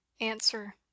answer